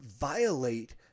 violate